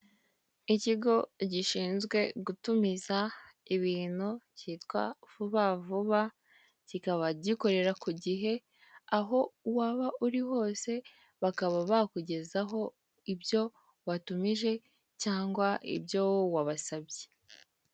Ikigo gishinzwe gutumiza ibintu kitwa vubavuba kikaba gikorera ku gihe, aho waba uri hose bakaba bakugezaho ibyo watumije cyangwa ibyo wabasabye.